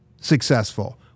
successful